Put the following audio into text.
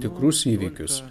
tikrus įvykius